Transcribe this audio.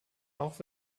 auch